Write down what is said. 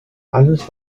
alles